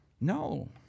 No